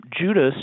Judas